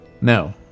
No